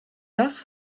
das